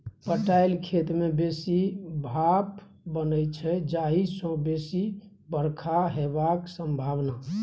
पटाएल खेत मे बेसी भाफ बनै छै जाहि सँ बेसी बरखा हेबाक संभाबना